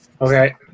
Okay